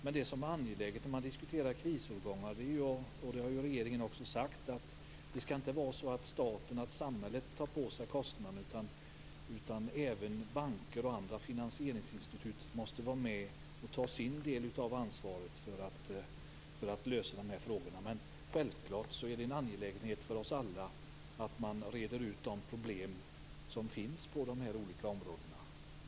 Men det som är angeläget när man diskuterar krisårgångar är ju, och det har ju regeringen också sagt, att det inte skall vara så att staten och samhället tar på sig kostnaden. Även banker och andra finansieringsinstitut måste vara med och ta sin del av ansvaret för att lösa dessa frågor. Men det är självfallet en angelägenhet för oss alla att reda ut de problem som finns på de olika områdena.